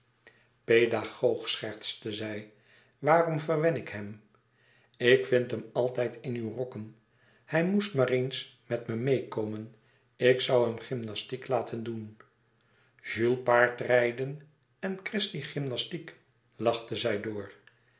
paedagoog schertste zij waarom verwen ik hem ik vind hem altijd in uw rokken hij moest maar eens met me meêkomen ik zoû hem gymnastiek laten doen jules paardrijden en christie gymnastiek lachte zij door